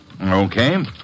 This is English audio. Okay